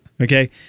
Okay